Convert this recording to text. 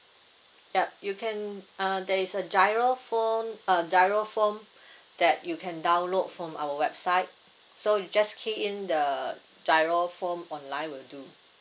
yup you can uh there is a GIRO phone uh GIRO form that you can download from our website so you just key in the GIRO form online will do